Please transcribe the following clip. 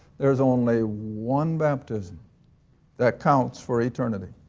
there is only one baptism that counts for eternity.